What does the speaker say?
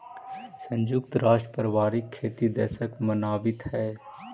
संयुक्त राष्ट्र पारिवारिक खेती दशक मनावित हइ